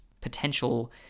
potential